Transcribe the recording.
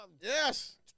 Yes